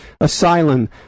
asylum